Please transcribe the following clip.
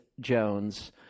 Jones